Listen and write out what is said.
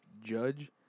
judge